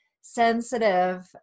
sensitive